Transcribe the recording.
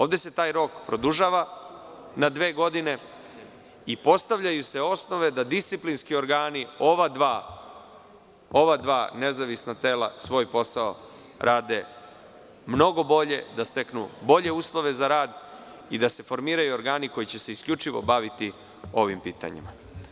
Ovde se taj rok produžava na dve godine i postavljaju se osnove da disciplinski organi ova dva nezavisna tela svoj posao rade mnogo bolje, da steknu bolje uslove za rad i se formiraju organi koji će se isključivo baviti ovim pitanjima.